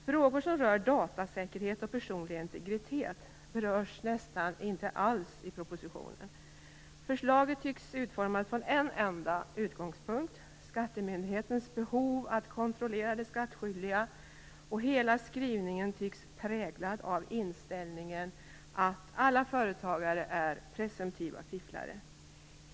Frågor som rör datasäkerhet och personlig integritet berörs nästan inte alls i propositionen. Förslaget tycks utformat från en enda utgångspunkt - skattemyndighetens behov av att kontrollera de skattskyldiga - och hela skrivningen tycks präglad av inställningen att alla företagare är presumtiva fifflare.